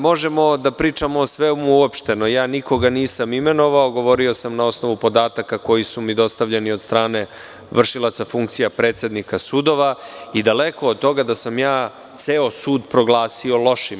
Možemo pričamo o svemu uopšteno, ja nikoga nisam imenovao, govorio sam na osnovu podataka koji su mi dostavljeni od strane vršilaca funkcija predsednika sudova i daleko od toga da sam ja ceo sud proglasio lošim.